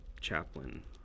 chaplain